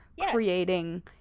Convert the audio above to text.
creating